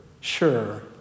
sure